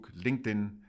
LinkedIn